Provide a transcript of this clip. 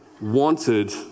wanted